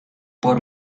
por